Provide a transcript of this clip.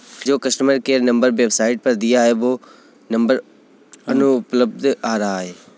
जो customer care number website पर दिया है वो नंबर अनुपलब्ध आ रहा है